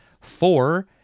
four